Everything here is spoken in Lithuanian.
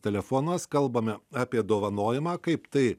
telefonas kalbame apie dovanojimą kaip tai